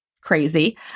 crazy